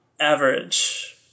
Average